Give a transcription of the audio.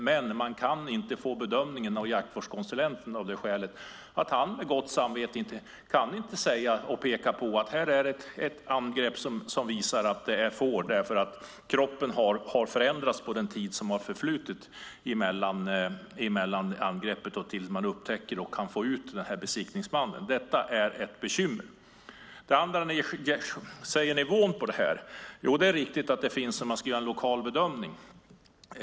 Men man kan inte få den bedömningen av jaktvårdskonsulenten, som med gott samvete kan säga att det inte går att fastslå att det är ett rovdjursangrepp, eftersom kroppen har förändrats under den tid som förflutit från att djuret angreps tills man upptäckte det och kunde få ut besiktningsmannen. Detta är ett bekymmer. Det handlar också om ersättningsnivån. Det är riktigt att man ska göra en lokal bedömning.